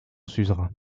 suzerain